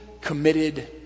committed